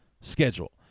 Schedule